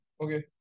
okay